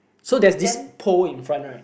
so there's this pole in front right